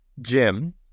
Jim